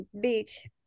beach